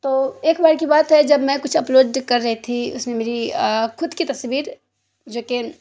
تو ایک بار کی بات ہے جب میں کچھ اپلوڈ کر رہی تھی اس میں میری خود کی تصویر جو کہ